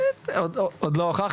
משפט לסיום עם